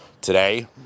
today